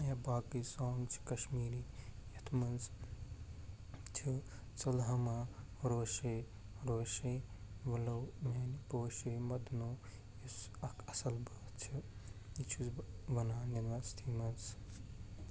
یا باقٕے سانٛگ چھِ کشمیٖری یَتھ منٛز چھِ ژوٚل ہما روشے روشے وَلو میٛانہِ پوشے مدنو یُس اکھ اصٕل بٲتھ چھُ یہِ چھُس بہٕ وَنان یونیورسٹی منٛز